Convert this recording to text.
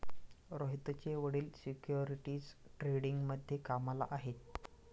रोहितचे वडील सिक्युरिटीज ट्रेडिंगमध्ये कामाला आहेत